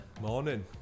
Morning